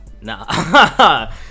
nah